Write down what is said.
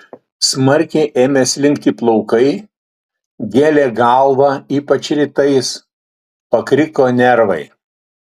smarkiai ėmė slinkti plaukai gėlė galvą ypač rytais pakriko nervai